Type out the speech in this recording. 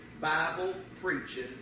Bible-preaching